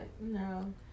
No